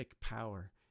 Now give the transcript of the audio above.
power